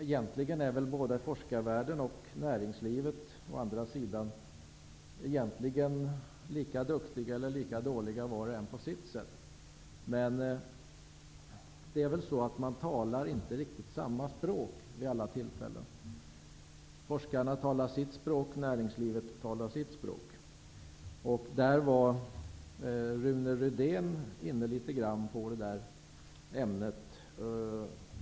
Egentligen är väl både forskningsvärlden och näringslivet lika duktiga eller dåliga var och en på sitt sätt. De talar framför allt inte riktigt samma språk vid alla tillfällen. Forskarna talar sitt språk, och näringslivet talar sitt språk. Rune Rydén kom in litet grand på detta ämne.